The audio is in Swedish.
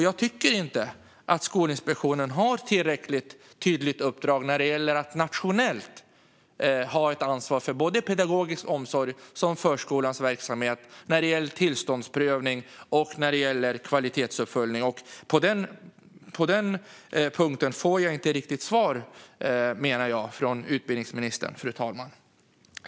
Jag tycker inte att Skolinspektionen har ett tillräckligt tydligt uppdrag att ha ett nationellt ansvar för både pedagogisk omsorg och förskolans verksamhet när det gäller tillståndsprövning och kvalitetsuppföljning. På den punkten får jag inte riktigt svar, menar jag, från utbildningsministern, fru talman.